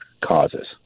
causes